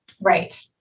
Right